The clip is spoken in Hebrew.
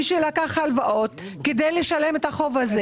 מי שלקח הלוואות כדי לשלם את החוב הזה.